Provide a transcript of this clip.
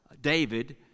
David